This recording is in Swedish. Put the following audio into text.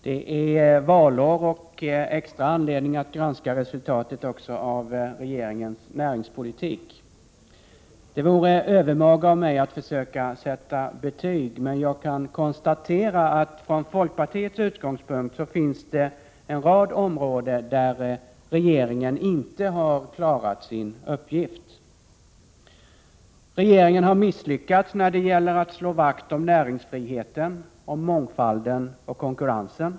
Fru talman! Det är valår och extra anledning att granska resultatet av regeringens näringspolitik. Det vore övermaga av mig att försöka sätta betyg, men jag kan konstatera att det från folkpartiets utgångspunkt finns en rad områden där regeringen inte har klarat sin uppgift: Regeringen har misslyckats när det gäller att slå vakt om näringsfriheten, om mångfalden och konkurrensen.